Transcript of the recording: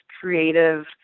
creative